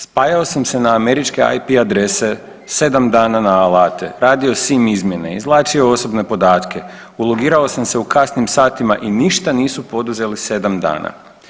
Spajao sam se na američke IP adrese, 7 dana na alate, radio sim izmjene, izvlačio osobne podatke, ulogirao sam se u kasnim satima i ništa nisu poduzeli 7 dana.